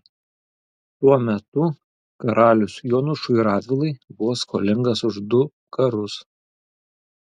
tuo metu karalius jonušui radvilai buvo skolingas už du karus